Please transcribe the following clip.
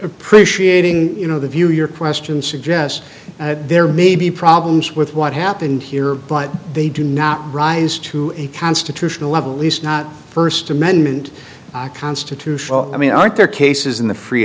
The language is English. appreciating you know the view your question suggests there may be problems with what happened here but they do not rise to a constitutional level at least not first amendment constitutional i mean aren't there cases in the free